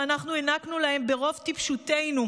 שאנחנו הענקנו להם ברוב טיפשותנו,